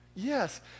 Yes